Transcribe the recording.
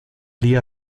día